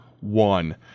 one